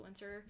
influencer